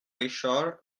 richard